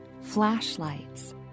flashlights